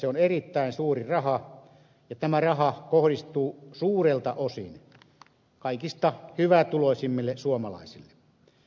se on erittäin suuri raha ja tämä raha kohdistuu suurelta osin kaikista hyvätuloisimmille suomalaisille